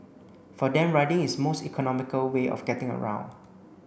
for them riding is most economical way of getting around